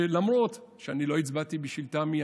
ולמרות שאני לא הצבעתי בשביל תמ"י,